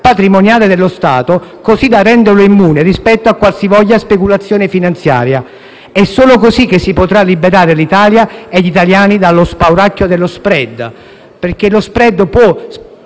patrimoniale dello Stato, così da renderlo immune rispetto a qualsivoglia speculazione finanziaria. È solo così che si potrà liberare l'Italia e gli italiani dallo spauracchio dello *spread*. Lo *spread*